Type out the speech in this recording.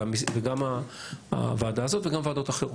וגם הוועדה הזאת וגם ועדות אחרות.